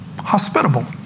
hospitable